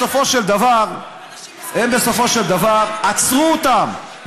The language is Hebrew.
בסופו של דבר עצרו אותם,